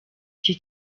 iki